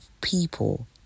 people